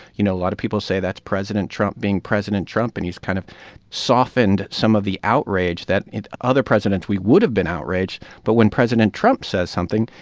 you know, a lot of people say that's president trump being president trump. and he's kind of softened some of the outrage that with other presidents we would have been outrage, but when president trump says something,